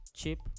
chip